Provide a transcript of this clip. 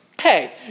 hey